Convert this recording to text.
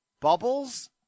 Bubbles